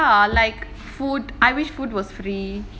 ya like food I wish food was free